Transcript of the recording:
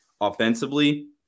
offensively